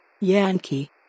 Yankee